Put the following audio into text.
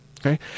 okay